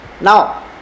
Now